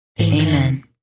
Amen